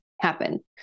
happen